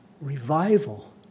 Revival